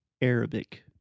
Arabic